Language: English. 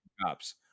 cops